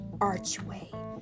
archway